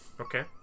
Okay